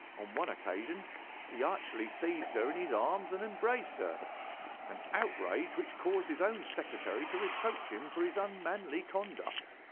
on one occasion he actually seized her in his arms and embraced her an outrage which caused his own secretary to reproach him for his unmanly conduct